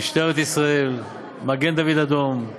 משטרת ישראל, מגן-דוד-אדום,